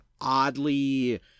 oddly